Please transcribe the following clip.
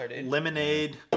lemonade